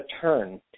turn